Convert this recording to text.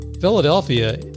Philadelphia